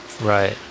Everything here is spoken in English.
Right